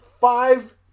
five